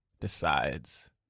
decides